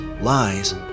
lies